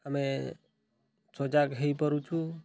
ଆମେ ସଜାଗ ହେଇପାରୁଛୁ